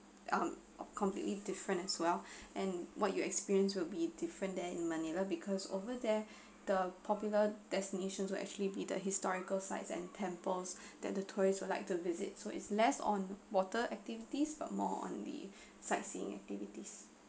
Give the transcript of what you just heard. um completely different as well and what you experience will be different than in manila because over there the popular destinations will actually be the historical sites and temples that the tourists would like to visit so it's less on water activities but more on the sightseeing activities